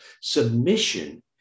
Submission